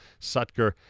Sutker